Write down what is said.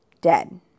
dead